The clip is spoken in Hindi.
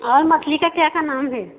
और मछली का क्या क्या नाम है